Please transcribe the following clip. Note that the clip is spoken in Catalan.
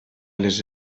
les